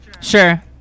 Sure